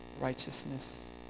righteousness